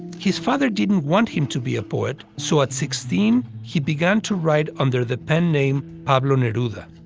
his father didn't want him to be a poet, so at sixteen he began to write under the pen name pablo neruda.